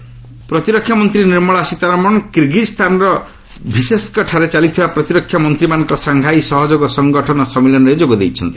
Sitharaman SCO ପ୍ରତିରକ୍ଷାମନ୍ତ୍ରୀ ନିର୍ମଳା ସୀତାରମଣ କିର୍ଗିଜ୍ସ୍ଥାନର ଭିସ୍କେକ୍ଠାରେ ଚାଲିଥିବା ପ୍ରତିରକ୍ଷା ମନ୍ତ୍ରୀମାନଙ୍କ ସାଂଘାଇ ସହଯୋଗ ସଂଗଠନ ସମ୍ମିଳନୀରେ ଯୋଗଦେଇଛନ୍ତି